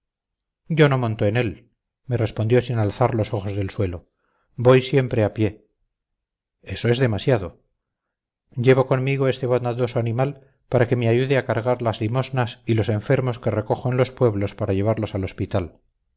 yo no monto en él me respondió sin alzar los ojos del suelo voy siempre a pie eso es demasiado llevo conmigo este bondadoso animal para que me ayude a cargar las limosnas y los enfermos que recojo en los pueblos para llevarlos al hospital